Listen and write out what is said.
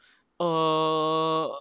err